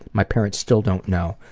my parents still don't know.